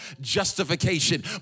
justification